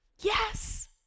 yes